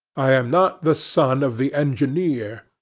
i am not the son of the engineer.